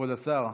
כבוד השר.